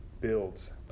builds